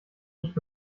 nicht